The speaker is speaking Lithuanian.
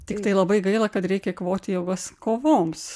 tiktai labai gaila kad reikia eikvoti jėgas kovoms